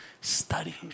studying